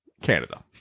Canada